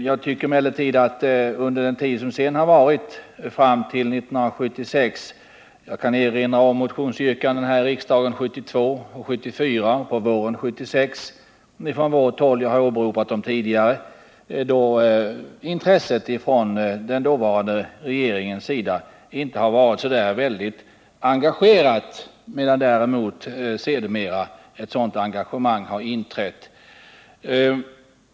Jag tycker emellertid att under tiden därefter — jag kan erinra om motionsyrkanden från vårt håll här i riksdagen 1972,1974 och på våren 1976; jag har åberopat dem tidigare — var intresset från den dåvarande regeringens sida inte så där väldigt engagerat, medan däremot sedermera ett sådant engagemang har inträtt.